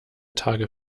tage